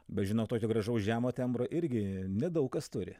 bet žinok tokio gražaus žemo tembro irgi nedaug kas turi